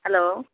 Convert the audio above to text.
hello